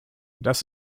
das